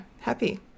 happy